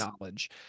knowledge